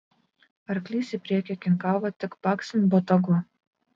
arklys į priekį kinkavo tik baksint botagu